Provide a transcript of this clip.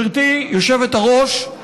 גברתי היושבת-ראש,